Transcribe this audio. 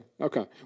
okay